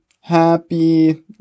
Happy